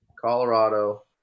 Colorado